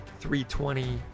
320